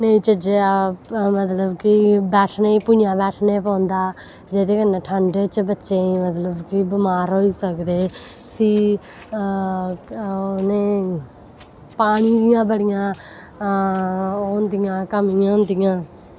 नेईं चज्जै दा मतलब कि वैषणो पुन्नेआं पर रश पौंदा जेह्दे कन्नै ठंड च मतलब कि बच्चे बमार होई सकदे फ्ही उनेंगी पानी दियां बड़ियां होंदियां कमियां होंदियां